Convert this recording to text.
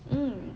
mm